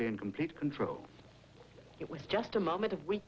be in complete control it was just a moment of weak